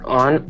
on